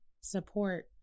support